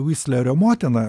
vislerio motiną